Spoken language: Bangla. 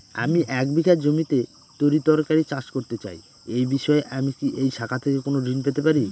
আমি এক বিঘা জমিতে তরিতরকারি চাষ করতে চাই এই বিষয়ে আমি কি এই শাখা থেকে কোন ঋণ পেতে পারি?